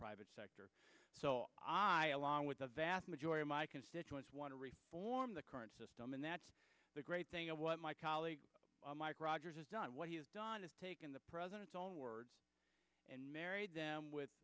private sector so i along with the vast majority of my constituents want to reform the current system and that's the great thing of what my colleague mike rogers has done what he has done is taken the president's own words and married them with